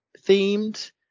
themed